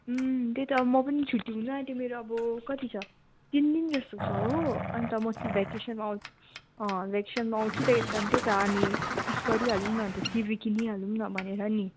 त्यही त म पनि छुट्टी हुन आँट्यो मेरो अब कति छ तिन दिन जस्तो छ हो अन्त म चाहिँ भेकेसनमा आउँछु भेकेसमनमा आउँछु त्यही कारण त्यही त हामी उइस गरिहालौँ न अन्त टिभी किनिहालौँ न भनेर नि